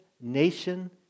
nation